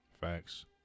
Facts